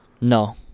No